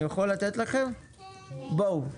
בואו,